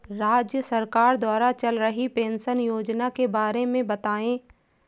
राज्य सरकार द्वारा चल रही पेंशन योजना के बारे में बताएँ?